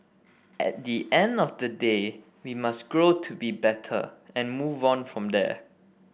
at the end of the day we must grow to be better and move on from there